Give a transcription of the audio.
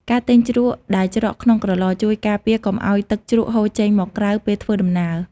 ការទិញជ្រក់ដែលច្រកក្នុងក្រឡ ជួយការពារកុំឱ្យទឹកជ្រក់ហូរចេញមកក្រៅពេលធ្វើដំណើរ។